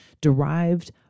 derived